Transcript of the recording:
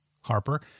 Harper